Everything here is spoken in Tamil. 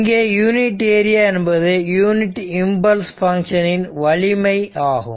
எங்கே யூனிட் ஏரியா என்பது யூனிட் இம்பல்ஸ் பங்க்ஷன் இன் வலிமை ஆகும்